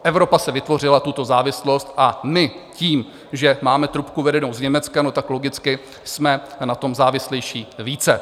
Evropa si vytvořila tuto závislost a my tím, že máme trubku vedenou z Německa, logicky jsme na tom závislejší více.